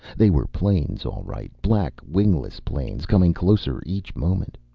they were planes, all right. black wingless planes, coming closer each moment.